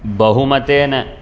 बहुमतेन